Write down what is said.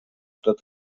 tot